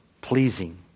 pleasing